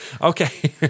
Okay